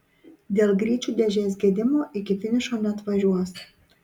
dėl greičių dėžės gedimo iki finišo neatvažiuos